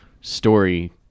story